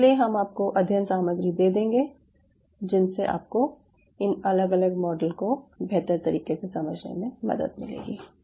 इसके लिए हम आपको अध्ययन सामग्री दे देंगे जिनसे आपको इन अलग अलग मॉडल को बेहतर तरीके से समझने में मदद मिलेगी